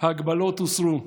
ההגבלות הוסרו,